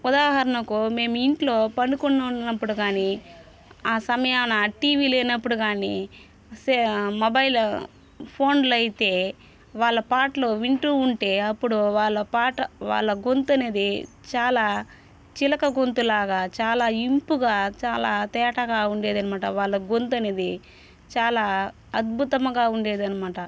ఉదాహరణకు మేము ఇంట్లో పనుకుని ఉన్నప్పుడు కానీ ఆ సమయాన టీవీ లేనప్పుడు గాని సే మొబైల్ ఫోన్లు అయితే వాళ్ల పాటలు వింటూ ఉంటే అప్పుడు వాళ్ళ పాట వాళ్ళ గొంతు అనేది చాలా చిలక గొంతు లాగా చాలా ఇంపుగా చాలా తేటగా ఉండేది అనమాట వాళ్ళ గొంతు అనేది చాలా అద్భుతముగా ఉండేదనమాట